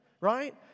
right